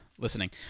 listening